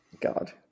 God